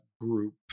Group